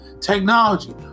technology